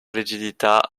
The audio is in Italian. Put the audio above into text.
rigidità